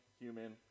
human